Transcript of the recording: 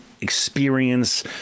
experience